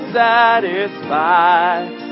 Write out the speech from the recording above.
satisfied